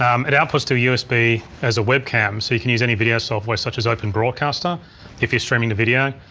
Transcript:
um it outputs to a usb as a webcam so you can use any video software such as open broadcaster if you're streaming the video.